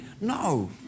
No